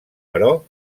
però